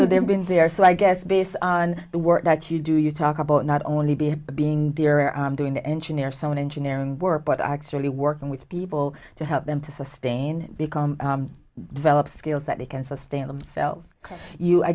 so they've been there so i guess based on the work that you do you talk about not only be being there i'm doing the engineer some engineering work but arcs really working with people to help them to sustain because develop skills that they can sustain themselves can you i